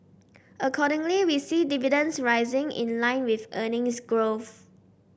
accordingly we see dividends rising in line with earnings growth